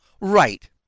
Right